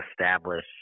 establish